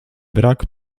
brak